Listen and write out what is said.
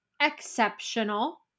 exceptional